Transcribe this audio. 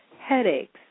headaches